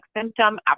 symptom